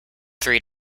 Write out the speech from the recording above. three